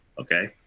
okay